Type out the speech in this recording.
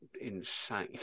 insane